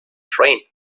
train